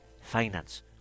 finance